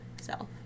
self